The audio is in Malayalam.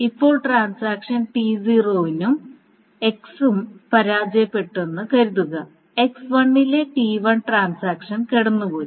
ഇപ്പോൾ ട്രാൻസാക്ഷൻ T0 ഉം x ഉം പരാജയപ്പെട്ടുവെന്ന് കരുതുക x1 ലെ T1 ട്രാൻസാക്ഷൻ കടന്നുപോയി